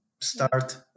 start